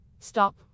stop